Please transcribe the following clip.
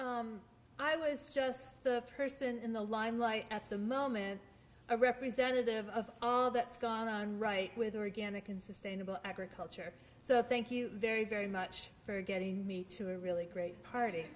i was just the person in the limelight at the moment a representative of all that's gone on right with organic and sustainable agriculture so thank you very very much for getting me to a really great party